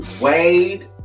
Wade